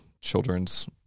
children's